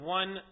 one